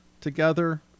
together